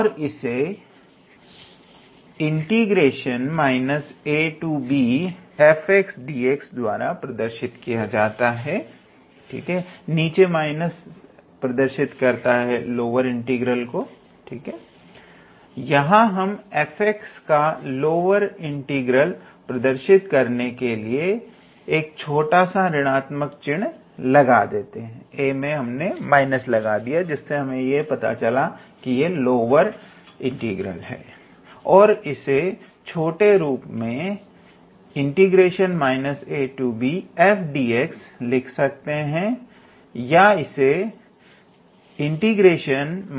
और इसे के द्वारा प्रदर्शित करते हैं यहां हम f का लोअर इंटीग्रल प्रदर्शित करने के लिए एक छोटा सा ऋणात्मक चिन्ह लगा देते हैं और इसे छोटे रूप में लिख सकते हैं